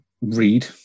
read